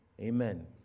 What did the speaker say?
Amen